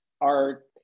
art